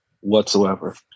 whatsoever